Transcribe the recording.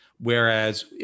Whereas